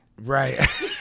right